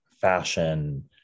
fashion